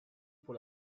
pour